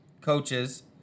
coaches